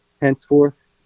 henceforth